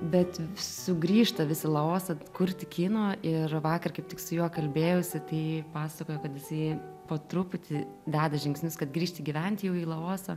bet sugrįžta vis į laosą kurti kino ir vakar kaip tik su juo kalbėjausi tai pasakojo kad jisai po truputį deda žingsnius kad grįžti gyvent jau į laosą